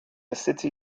city